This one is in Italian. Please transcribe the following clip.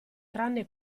tranne